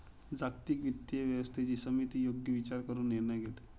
जागतिक वित्तीय व्यवस्थेची समिती योग्य विचार करून निर्णय घेते